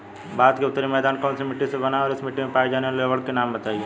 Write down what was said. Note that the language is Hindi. भारत का उत्तरी मैदान कौनसी मिट्टी से बना है और इस मिट्टी में पाए जाने वाले लवण के नाम बताइए?